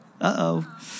uh-oh